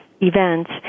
events